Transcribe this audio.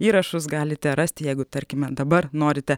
įrašus galite rasti jeigu tarkime dabar norite